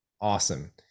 Awesome